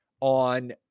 on